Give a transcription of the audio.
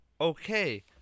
okay